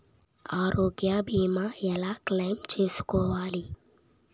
ఆరోగ్య భీమా ఎలా క్లైమ్ చేసుకోవాలి?